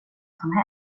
som